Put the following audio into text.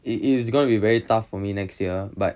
it it's gonna be very tough for me next year but